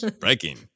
Breaking